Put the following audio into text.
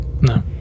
No